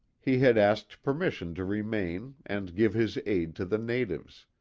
he had asked permission to remain and give his aid to the natives.